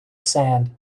sand